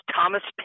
Thomas